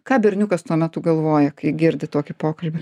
ką berniukas tuo metu galvoja kai girdi tokį pokalbį